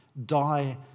die